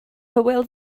hywel